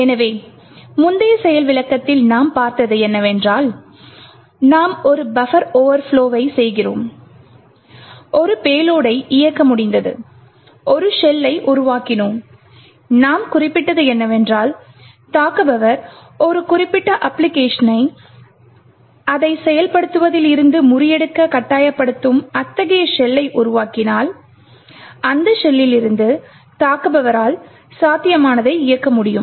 எனவே முந்தைய செயல் விளக்கத்தில் நாம் பார்த்தது என்னவென்றால் நாம் ஒரு பஃபரை ஓவர்ப்லொ செய்கிறோம் ஒரு பேலோடை இயக்க முடிந்தது ஒரு ஷெல்லை உருவாக்கினோம் நாம் குறிப்பிட்டது என்னவென்றால் தாக்குபவர் ஒரு குறிப்பிட்ட அப்பிளிகேஷனை அதை செயல்படுத்துவதில் இருந்து முறியடிக்க கட்டாயப்படுத்தும் அத்தகைய ஷெல்லை உருவாக்கினால் அந்த ஷெல்லில் இருந்து தாக்குபவரால் சாத்தியமானதை இயக்க முடியும்